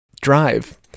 drive